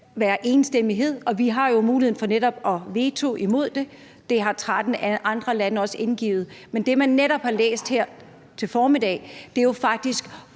være enstemmighed, og vi har jo netop muligheden for at vetoe imod det. Det har 13 andre lande også indgivet. Men det, som man netop har læst her til formiddag, er jo faktisk